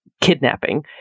kidnapping